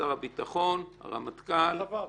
שר הביטחון, הרמטכ"ל,